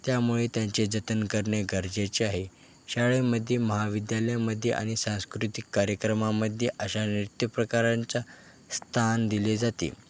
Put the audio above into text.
त्यामुळे त्यांचे जतन करणे गरजेचे आहे शाळेमध्ये महाविद्यालयामध्ये आणि सांस्कृतिक कार्यक्रमामध्ये अशा नृत्य प्रकारांचा स्थान दिले जाते